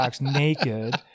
naked